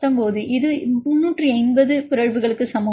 19 இது 380 பிறழ்வுகளுக்கு சமம்